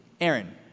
Aaron